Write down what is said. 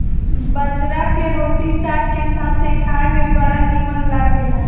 बजरा के रोटी साग के साथे खाए में बड़ा निमन लागेला